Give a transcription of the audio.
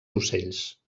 ocells